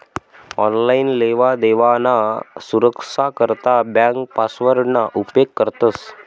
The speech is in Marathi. आनलाईन लेवादेवाना सुरक्सा करता ब्यांक पासवर्डना उपेग करतंस